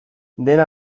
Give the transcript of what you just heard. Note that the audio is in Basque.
dena